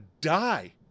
die